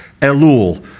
Elul